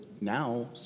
now